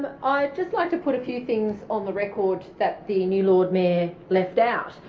i'd just like to put a few things on the record that the new lord mayor left out.